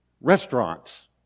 restaurants